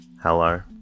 Hello